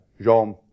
Jean